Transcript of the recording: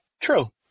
True